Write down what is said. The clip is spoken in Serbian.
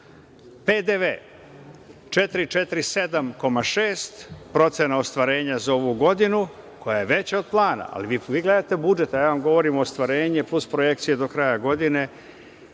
– 447,6, procena ostvarenja za ovu godinu koja je veća od plana, ali vi gledate budžet, a ja vam govorim ostvarenje plus projekcije do kraja godine